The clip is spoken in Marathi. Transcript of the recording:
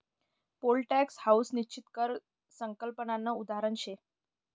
पोल टॅक्स हाऊ निश्चित कर संकल्पनानं उदाहरण शे